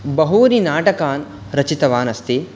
बहूनि नाटकानि रचितवान् अस्ति